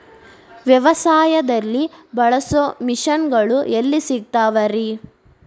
ವ್ಯವಸಾಯದಲ್ಲಿ ಬಳಸೋ ಮಿಷನ್ ಗಳು ಎಲ್ಲಿ ಸಿಗ್ತಾವ್ ರೇ?